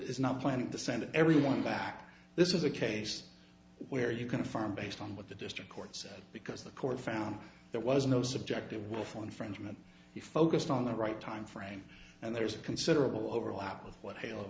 is not planning to send everyone back this is a case where you confirm based on what the district courts because the court found there was no subjective willful infringement he focused on the right timeframe and there's a considerable overlap with what hal